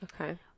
Okay